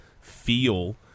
feel